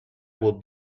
will